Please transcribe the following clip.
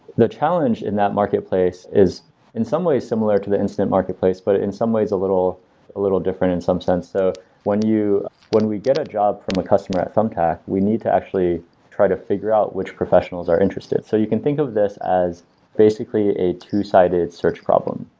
the challenge in that marketplace is in some ways similar to the instant marketplace but in some ways a little a little different in some sense. so when we get a job from a customer at thumbtack, we need to actually try to figure out which professionals are interested. so you can think of this as basically a two-sided search problem,